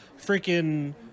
freaking